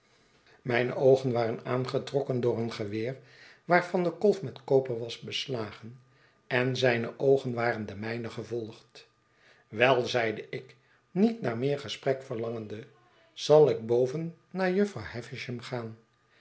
mijne oogen waren aangetrokken door een geweer waarvan de kolf met koper was beslagen en zijne oogen waren de mijne gevolgd wel zeide ik niet naar meer gesprek verlangende zal ik boven naar jufvrouw havisham gaan